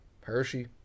Hershey